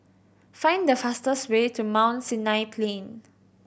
find the fastest way to Mount Sinai Plain